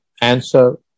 answer